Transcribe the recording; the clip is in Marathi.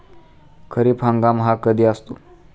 खरीप हंगाम हा कधी असतो?